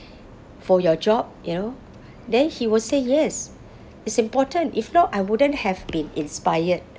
for your job you know then he will say yes it's important if not I wouldn't have been inspired